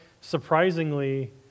surprisingly